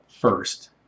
first